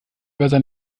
wieder